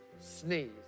sneeze